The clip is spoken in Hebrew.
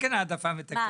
מה